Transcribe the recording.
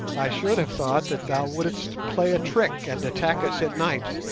i should have thought that thou wouldst play a trick and attack us at night,